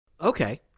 okay